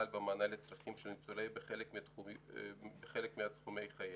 במענה לצרכים של ניצולים בחלק מתחומי חייהם,